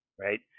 right